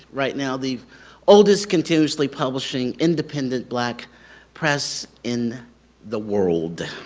right now the oldest continuously publishing independent black press in the world.